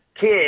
kid